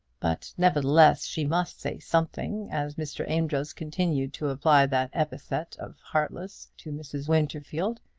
but nevertheless she must say something, as mr. amedroz continued to apply that epithet of heartless to mrs. winterfield,